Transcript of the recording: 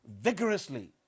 vigorously